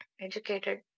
educated